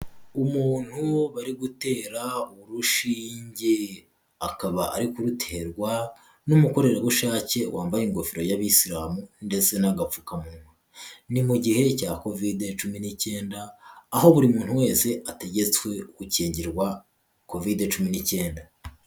Umuntu bari gutera urushinge, akaba ari kuruterwa n'umukorerabushake wambaye ingofero y'abisilamu, ndetse n'agapfukamunwa, ni mu gihe cya Covide cumi n'icyenda, aho buri muntu wese ategetswe gukingirwa Covide cumi n'icyenda.